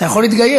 אתה יכול להתגייר.